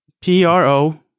p-r-o